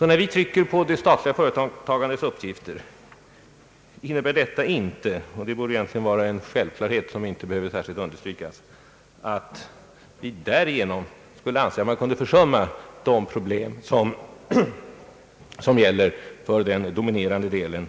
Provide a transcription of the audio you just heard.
När vi trycker på det statliga företagandets uppgifter innebär detta inte — och det borde egentligen vara en självklarhet som inte behövde särskilt understrykas — att vi därigenom skulle anse att man kunde försumma de problem som gäller för den dominerande,